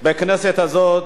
בכנסת הזאת,